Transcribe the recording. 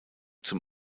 zum